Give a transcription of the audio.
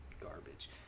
garbage